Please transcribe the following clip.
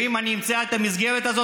ואם אני אמצא את המסגרת הזאת,